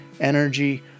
energy